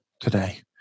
today